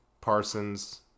Parsons